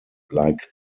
like